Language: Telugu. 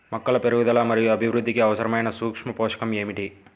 మొక్కల పెరుగుదల మరియు అభివృద్ధికి అవసరమైన సూక్ష్మ పోషకం ఏమిటి?